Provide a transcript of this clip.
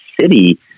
city